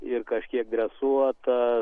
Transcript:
ir kažkiek dresuota